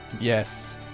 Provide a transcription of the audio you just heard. Yes